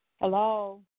Hello